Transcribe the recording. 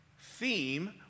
theme